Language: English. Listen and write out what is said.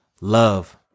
Love